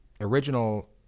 original